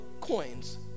coins